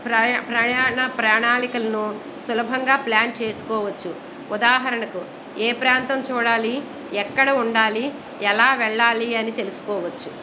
ప్రయాణ ప్రణాళికలను సులభంగా ప్లాన్ చేసుకోవచ్చు ఉదాహరణకు ఏ ప్రాంతం చూడాలి ఎక్కడ ఉండాలి ఎలా వెళ్ళాలి అని తెలుసుకోవచ్చు